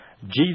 Jesus